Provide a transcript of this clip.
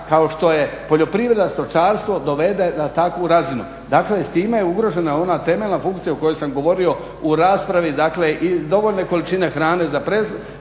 kao što je poljoprivreda, stočarstvo, dovede na takvu razinu. Dakle s time je ugrožena ona temeljna funkcija o kojoj sam govorio u raspravi, dakle i dovoljne količine hrane za prehranu